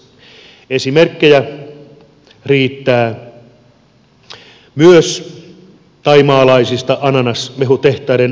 esimerkkejä riittää myös thaimaalaisten ananasmehutehtaiden surkeista työoloista